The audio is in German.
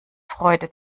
freude